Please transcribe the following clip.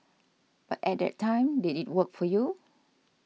but at that time did it work for you